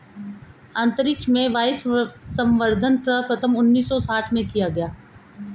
अंतरिक्ष में वायवसंवर्धन सर्वप्रथम उन्नीस सौ साठ में किया गया